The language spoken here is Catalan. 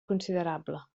considerable